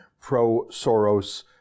pro-Soros